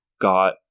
got